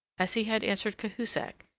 as he had answered cahusac,